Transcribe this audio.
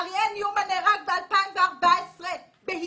אריאל ניומן נהרג ב-2014 מהתייבשות.